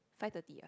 five thirty ah